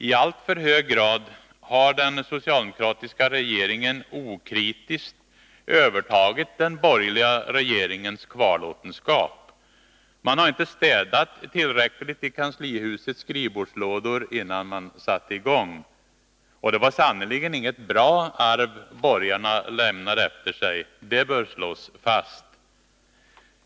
I alltför hög grad har den socialdemokratiska regeringen okritiskt övertagit den borgerliga regeringens kvarlåtenskap. Man har inte städat tillräckligt i kanslihusets skrivbordslådor innan man satte i gång. Det var sannerligen inget bra arv borgarna lämnade efter sig; det bör slås fast.